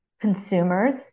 consumers